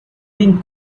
been